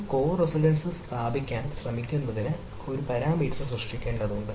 ഒരു co residence സ്ഥാപിക്കാൻ ശ്രമിക്കുന്നതിന് ഒരു പാരാമീറ്റർ സൃഷ്ടിക്കേണ്ടതുണ്ട്